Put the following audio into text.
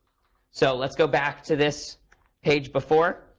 so let's go back to this page before.